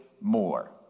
more